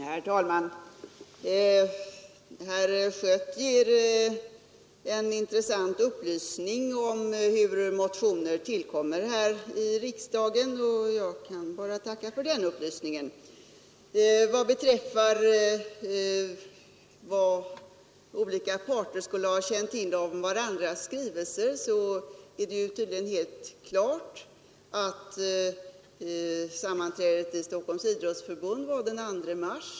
Herr talman! Herr Schött ger en intressant upplysning om hur motioner tillkommer här i riksdagen och jag kan bara tacka för den upplysningen. Beträffande vad olika parter skulle ha känt till om varandras skrivelser är det ju tydligen helt klart att sammanträdet med Stockholms idrottsförbund var den 2 mars.